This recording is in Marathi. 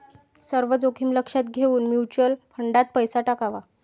सर्व जोखीम लक्षात घेऊन म्युच्युअल फंडात पैसा टाकावा